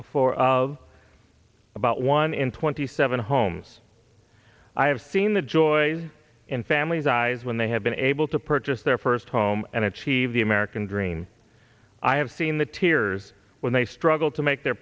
and four of about one in twenty seven homes i have seen the joy in families eyes when they have been able to purchase their first home and achieve the american dream i have seen the tears when they struggle to make their